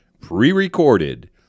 pre-recorded